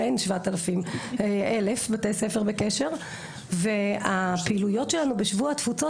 אין 7,000 בתי ספר בקשר והפעילויות שלנו בשבוע התפוצות